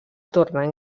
tornen